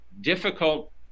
difficult